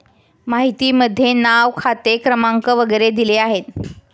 माहितीमध्ये नाव खाते क्रमांक वगैरे दिले आहेत